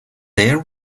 there